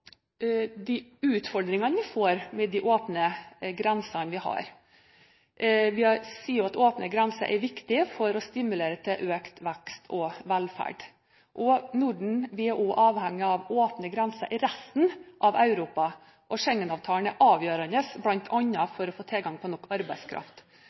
utfordringene med åpne grenser. Åpne grenser er viktig for å stimulere til økt vekst og velferd. Vi i Norden er også avhengig av åpne grenser i resten av Europa. Schengen-avtalen er avgjørende,